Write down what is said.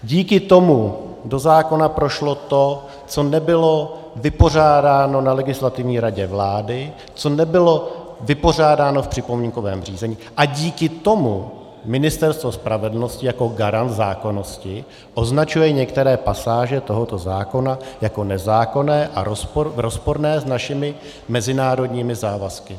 Díky tomu do zákona prošlo to, co nebylo vypořádáno na Legislativní radě vlády, co nebylo vypořádáno v připomínkovém řízení, a díky tomu Ministerstvo spravedlnosti jako garant zákonnosti označuje některé pasáže tohoto zákona jako nezákonné a rozporné s našimi mezinárodními závazky.